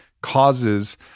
causes